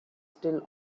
still